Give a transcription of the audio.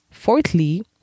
Fourthly